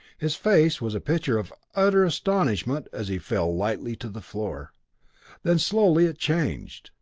his face was a picture of utter astonishment as he fell lightly to the floor then slowly it changed,